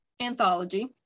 anthology